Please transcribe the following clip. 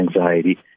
anxiety